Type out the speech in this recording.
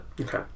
Okay